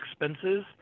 expenses